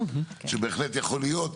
שבהחלט יכול להיות.